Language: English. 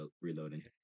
reloading